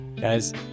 Guys